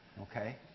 okay